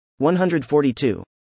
142